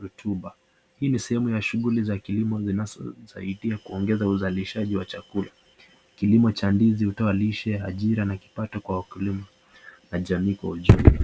rotuba. Hii ni sehemu ya shughuli za kilimo zinazosaidia kuongeza uzalishaji wa chakula. Kilimo cha ndizi hutoa lishe, ajira na kipato kwa wakulima na jamii kwa ujumla.